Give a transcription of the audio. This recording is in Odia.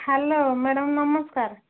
ହ୍ୟାଲୋ ମ୍ୟାଡ଼ମ୍ ନମସ୍କାର